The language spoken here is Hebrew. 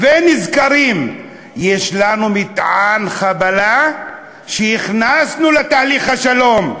ונזכרים: יש לנו מטען חבלה שהכנסנו לתהליך השלום.